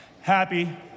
Happy